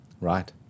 Right